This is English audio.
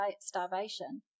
starvation